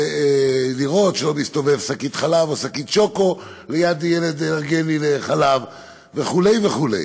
לראות שלא מסתובבת שקית חלק או שקית שוקו ליד ילד אלרגי לחלב וכו' וכו'.